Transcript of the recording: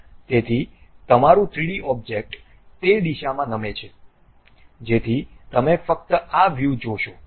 તેથી તમારું 3D object તે દિશામાં નમે છે જેથી તમે ફક્ત આ વ્યૂ જોશો